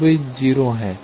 तो वे 0 के हैं